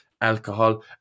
alcohol